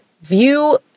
View